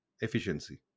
Efficiency